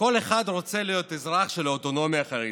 כל אחד רוצה להיות אזרח של האוטונומיה החרדית.